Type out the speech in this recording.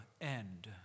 end